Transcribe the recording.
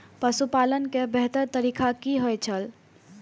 पशुपालन के बेहतर तरीका की होय छल?